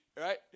Right